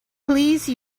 please